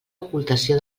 ocultació